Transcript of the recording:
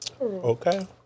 Okay